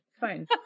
Fine